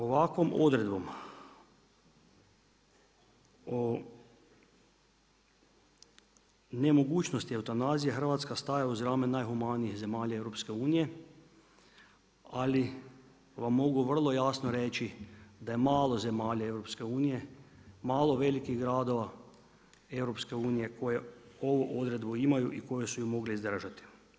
Ovakvom odredbom nemogućnosti eutanazije, Hrvatske staje uz rame najhumanijih zemalja EU-a, ali vam mogu vrlo jasno reći da je malo zemalja EU-a, malo velikih gradova EU-a koji ovu odredbu imaju i koji su ih mogle izdržati.